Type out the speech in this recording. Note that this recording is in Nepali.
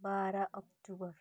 बाह्र अक्टुबर